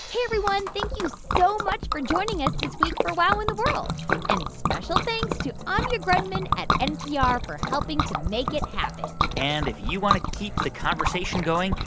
everyone, thank you so much for joining us this week for wow in the world and special thanks to anya grundmann at npr for helping to make it happen and if you want to keep the conversation going,